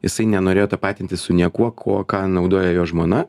jisai nenorėjo tapatintis su niekuo kuo ką naudoja jo žmona